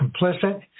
complicit